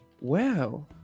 Wow